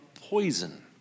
poison